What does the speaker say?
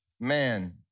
Man